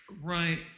right